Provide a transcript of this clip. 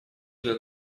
для